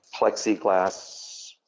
plexiglass